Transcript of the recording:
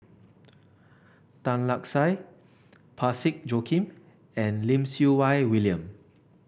Tan Lark Sye Parsick Joaquim and Lim Siew Wai William